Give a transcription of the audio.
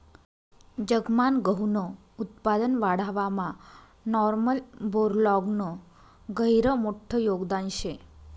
जगमान गहूनं उत्पादन वाढावामा नॉर्मन बोरलॉगनं गहिरं मोठं योगदान शे